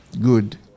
Good